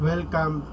Welcome